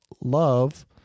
Love